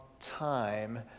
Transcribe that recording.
time